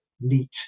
neat